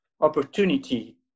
opportunity